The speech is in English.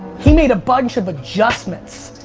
he made a bunch of adjustments.